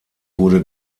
wurde